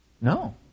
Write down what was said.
No